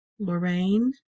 Lorraine